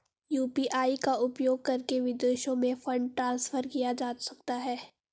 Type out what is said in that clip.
UPI का उपयोग करके विदेशों में फंड ट्रांसफर किया जा सकता है?